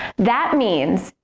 that means,